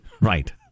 right